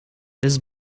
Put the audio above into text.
this